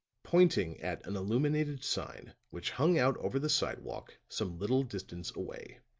pointing at an illuminated sign which hung out over the sidewalk some little distance away.